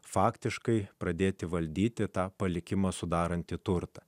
faktiškai pradėti valdyti tą palikimą sudarantį turtą